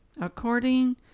according